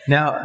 Now